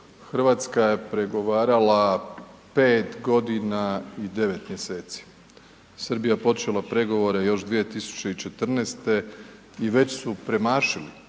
Hrvatska je pregovarala pet godina i devet mjeseci. Srbija je počela pregovore još 2014. i već su premašili